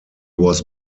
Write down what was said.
was